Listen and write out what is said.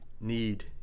need